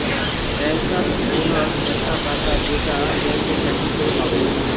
bankers bonus একটা টাকা যেইটা ব্যাঙ্কে চাকরি করে পাবো